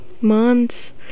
months